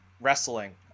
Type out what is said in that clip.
wrestling